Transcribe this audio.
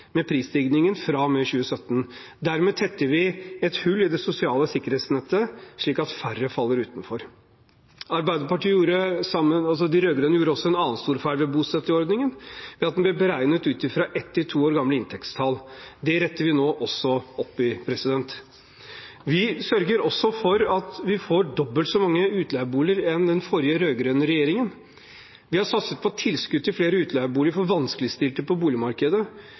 med prisstigningen fra og med 2017. Dermed tetter vi et hull i det sosiale sikkerhetsnettet, slik at færre faller utenfor. De rød-grønne gjorde også en annen stor feil med bostøtteordningen, ved at den ble beregnet ut fra ett til to år gamle inntektstall. Det retter vi også opp nå. Vi sørger også for at vi får dobbelt så mange utleieboliger som under den rød-grønne regjeringen. Vi har satset på tilskudd til flere utleieboliger for vanskeligstilte på boligmarkedet.